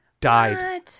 died